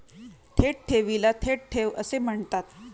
थेट ठेवीला थेट ठेव असे म्हणतात